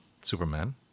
Superman